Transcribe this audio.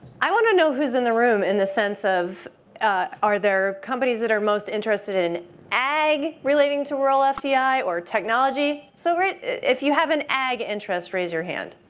i want to know who's in the room in the sense of are there companies that are most interested in ag relating to rural ah fdi or technology? so if you have an ag interest, raise your hand.